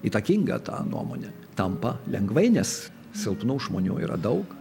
įtakinga ta nuomonė tampa lengvai nes silpnų žmonių yra daug